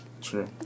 True